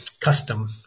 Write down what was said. custom